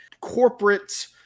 corporate